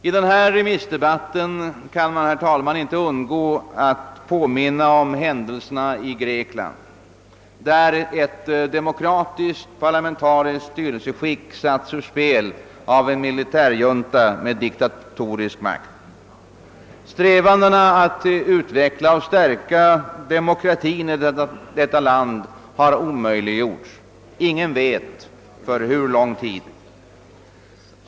I denna remissdebatt kan man, herr talman, inte undgå att påminna om händelserna i Grekland, där ett demokratisk-parlamentariskt styrelseskick satts ur spel av en militärjunta med diktatorisk makt. Strävandena «att utveckla och stärka demokratin i detta land har omöjliggjorts — ingen vet för hur lång tid.